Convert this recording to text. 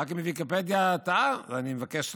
אלא אם כן ויקיפדיה טעתה, ואני מבקש סליחה,